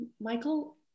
Michael